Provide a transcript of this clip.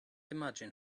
imagine